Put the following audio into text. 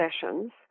sessions